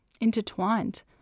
intertwined